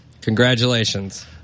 congratulations